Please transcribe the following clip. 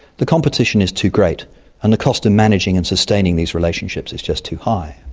the competition is too great and the cost of managing and sustaining these relationships is just too high.